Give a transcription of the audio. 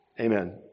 Amen